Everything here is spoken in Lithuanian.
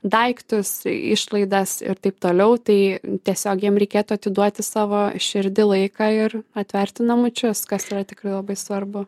daiktus išlaidas ir taip toliau tai tiesiog jiem reikėtų atiduoti savo širdį laiką ir atverti namučius kas yra tikrai labai svarbu